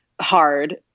hard